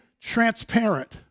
transparent